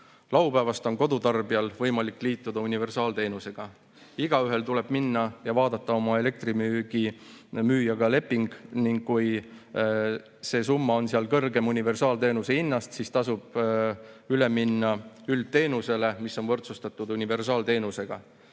Laupäevast on kodutarbijal võimalik liituda universaalteenusega. Igaüks võib minna ja vaadata oma elektrimüüjaga sõlmitud leping üle ning kui summa on kõrgem universaalteenuse hinnast, siis tasub üle minna üldteenusele, mis on võrdsustatud universaalteenusega.